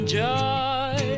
joy